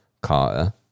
Carter